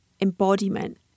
embodiment